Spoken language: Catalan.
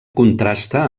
contrasta